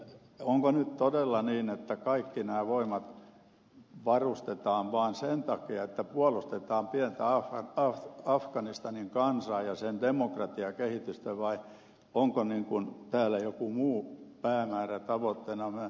onko nyt todella niin että kaikki nämä voimat varustetaan vain sen takia että puolustetaan pientä afganistanin kansaa ja sen demokratiakehitystä vai onko tällä joku muu päämäärä tavoitteena